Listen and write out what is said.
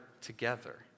together